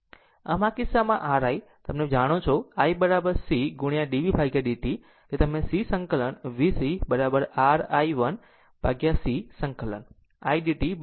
આમ આ કિસ્સામાં R i અને તમે જાણો છો કે i c ગુણ્યા dv dt કે તમે સી સંકલન VC R i 1 ભાગ્યા C સંકલન i dt v